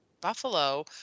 buffalo